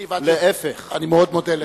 אני מאוד מודה לך.